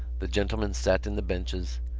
the gentlemen sat in the benches,